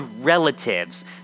relatives